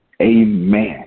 amen